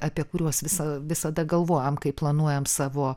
apie kuriuos visa visada galvojam kai planuojam savo